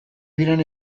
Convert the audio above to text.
diren